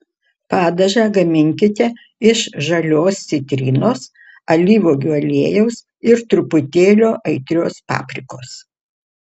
padažą gaminkite iš žalios citrinos alyvuogių aliejaus ir truputėlio aitrios paprikos